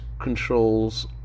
controls